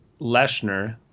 Leshner